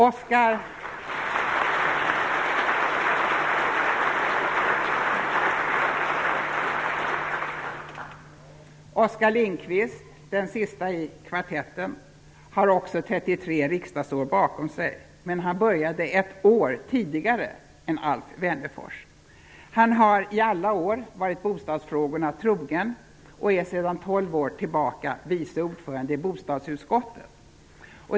Också Oskar Lindkvist har 33 riksdagsår bakom sig, men han började ett år tidigare än Alf Wennerfors. Han har i alla år varit bostadsfrågorna trogen och är sedan tolv år tillbaka vice ordförande i bostadsutskottet.